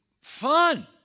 fun